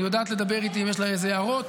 היא יודעת לדבר איתי אם יש לה איזה הערות,